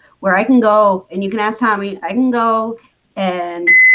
where i can go and you can ask tommy i can go and